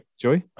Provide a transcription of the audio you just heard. Joey